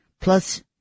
plus